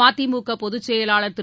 மதிமுக பொதுச்செயலாளர் திரு